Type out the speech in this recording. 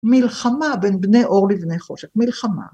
מלחמה בין בני אור לבני חושך, מלחמה.